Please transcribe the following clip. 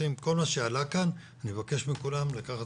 כל מה שעלה כאן אני מבקש מכולם לקחת